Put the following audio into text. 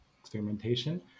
experimentation